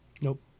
Nope